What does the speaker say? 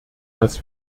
dass